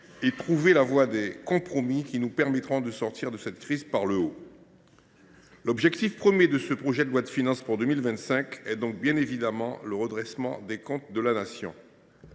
et trouver la voie des compromis qui nous permettront de sortir de cette crise par le haut. L’objectif premier de ce projet de loi de finances pour 2025 est naturellement le redressement des comptes de la Nation.